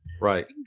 Right